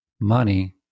money